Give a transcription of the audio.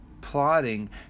plotting